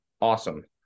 awesome